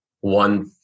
one